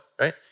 right